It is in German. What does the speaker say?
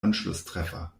anschlusstreffer